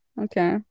Okay